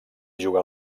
jugà